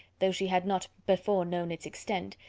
though she had not before known its extent,